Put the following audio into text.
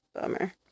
bummer